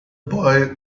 boy